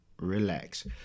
Relax